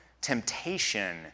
temptation